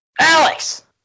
Alex